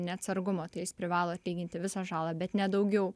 neatsargumo tai jis privalo atlyginti visą žalą bet ne daugiau